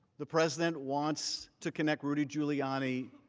the president wants to connect rudy giuliani